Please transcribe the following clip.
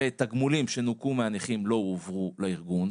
ותגמולים שנוכו מהנכים לא הועברו לארגון,